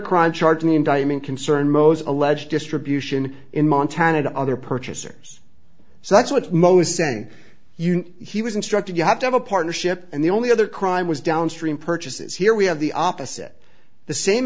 crime charged in the indictment concerned most alleged distribution in montana to other purchasers so that's what most say you know he was instructed you have to have a partnership and the only other crime was downstream purchases here we have the opposite the same